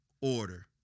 order